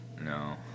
No